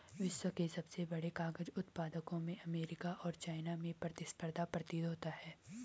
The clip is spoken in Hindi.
विश्व के सबसे बड़े कागज उत्पादकों में अमेरिका और चाइना में प्रतिस्पर्धा प्रतीत होता है